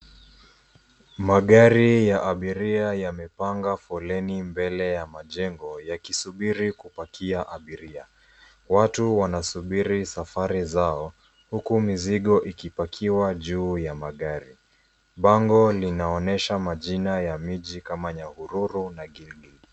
Magari ya abiria yamepanga foleni mbele ya majengo yakisubiri kupakia abiria watu wanasubiri safari zao huku mizigo ikipakiwa juu ya magari. Bango linaonenyesha majina ya miji kama Nyahururu na Kitui.